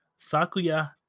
Sakuya